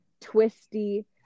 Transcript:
twisty